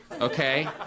okay